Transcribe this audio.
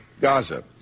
Gaza